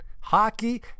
Hockey